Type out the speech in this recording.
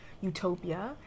utopia